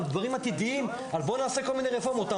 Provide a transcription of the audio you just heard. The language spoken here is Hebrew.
דברים עתידיים על עשיית כל מיני רפורמות.